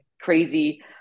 crazy